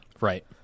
Right